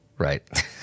Right